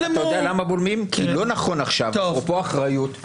כי לא נכון עכשיו אפרופו אחריות,